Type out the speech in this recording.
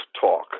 talk